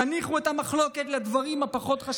תניחו את המחלוקת לדברים החשובים פחות.